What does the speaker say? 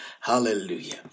Hallelujah